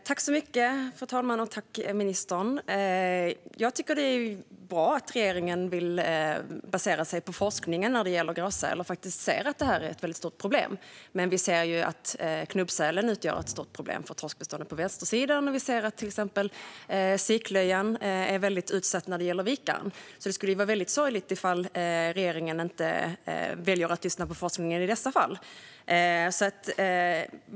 Fru talman! Tack, ministern! Jag tycker att det är bra att regeringen vill basera sig på forskningen när det gäller gråsäl och att regeringen ser att den är ett stort problem. Vi ser dock att även knubbsälen utgör ett stort problem för torskbeståndet på västsidan och att till exempel siklöjan är väldigt utsatt när det gäller vikare, så det skulle vara sorgligt ifall regeringen väljer att inte lyssna på forskningen i dessa fall.